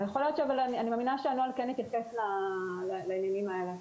אני מאמינה שהמחקר כן יתייחס לנתונים האלה.